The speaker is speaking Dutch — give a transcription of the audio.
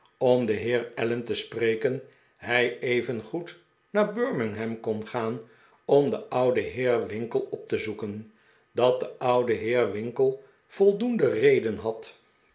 om den heer allen te spreken hij evengoed naar birmingham kon gaan om den ouden heer winkle op te zoeken dat de oude heer winkle voldoende redenen had